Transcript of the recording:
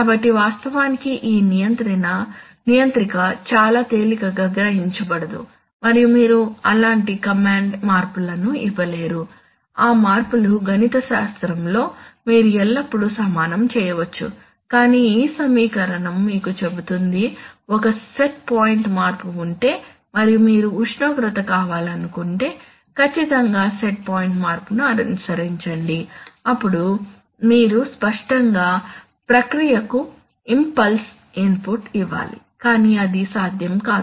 కాబట్టి వాస్తవానికి ఈ నియంత్రిక చాలా తేలికగా గ్రహించబడదు మరియు మీరు అలాంటి కమాండ్ మార్పులను ఇవ్వలేరు ఆ మార్పులు గణితశాస్త్రంలో మీరు ఎల్లప్పుడూ సమానం చేయవచ్చు కానీ ఈ సమీకరణం మీకు చెబుతుంది ఒక సెట్ పాయింట్ మార్పు ఉంటే మరియు మీరు ఉష్ణోగ్రత కావాలనుకుంటే ఖచ్చితంగా సెట్ పాయింట్ మార్పును అనుసరించండి అప్పుడు మీరు స్పష్టంగా ప్రక్రియకు ఇంపల్స్ ఇన్పుట్ ఇవ్వాలి కానీ అది సాధ్యం కాదు